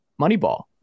Moneyball